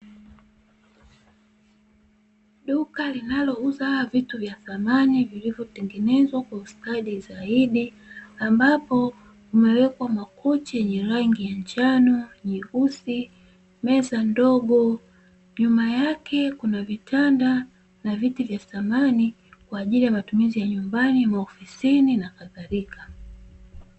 Duka linalouza vitu vya samani vilivotengenezwa kwa ustadi zaidi, ambapo yamewekwa makochi yenye rangi ya njano, nyeusi, meza ndogo. Nyuma yake kuna vitanda na viti vya thamani kwa ajili ya matumizi ya nyumbani, maofisini na kadhalika.